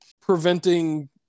preventing